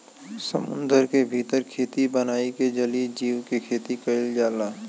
समुंदर के भीतर खेती बनाई के जलीय जीव के खेती कईल जाला